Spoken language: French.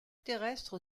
terrestre